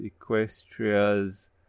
Equestria's